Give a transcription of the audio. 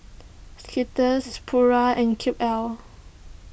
Skittles Pura and Cube L